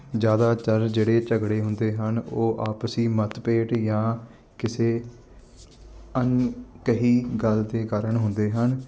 ਜ਼ਿਆਦਾਤਰ ਜਿਹੜੇ ਝਗੜੇ ਹੁੰਦੇ ਹਨ ਉਹ ਆਪਸੀ ਮਤਭੇਦ ਜਾਂ ਕਿਸੇ ਅਣਕਹੀ ਗੱਲ ਦੇ ਕਾਰਨ ਹੁੰਦੇ ਹਨ